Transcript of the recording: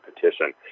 petition